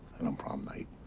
and on prom night.